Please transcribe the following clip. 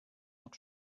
nach